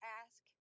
ask